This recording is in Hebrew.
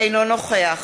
אינו נוכח